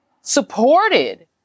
supported